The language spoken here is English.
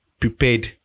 Prepared